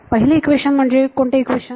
पहिले इक्वेशन म्हणजे कोणते इक्वेशन